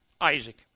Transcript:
Isaac